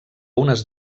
unes